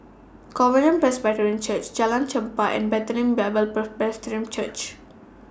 Covenant Presbyterian Church Jalan Chempah and Bethlehem Bible Presbyterian Church